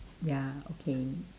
ya okay